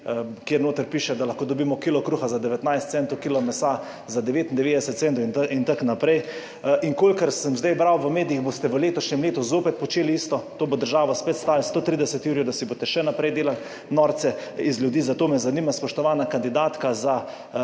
kjer notri piše, da lahko dobimo kilo kruha za 19 centov, kilo mesa za 99 centov, itn., in kolikor sem zdaj bral v medijih, boste v letošnjem letu zopet počeli isto, to bo država spet stalo 130 jurjev, da si boste še naprej delali norce iz ljudi. Zato me zanima, spoštovana kandidatka za